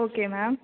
okay ma'am